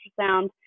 ultrasound